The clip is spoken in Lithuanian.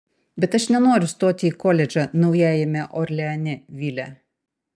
bet aš nenoriu stoti į koledžą naujajame orleane vile